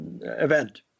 event